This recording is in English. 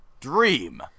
Dream